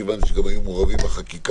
שהבנתי שגם היו מעורבים בחקיקה.